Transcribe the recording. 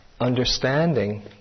understanding